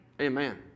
Amen